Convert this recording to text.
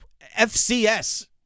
FCS